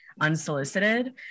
unsolicited